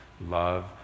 Love